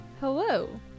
Hello